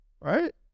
right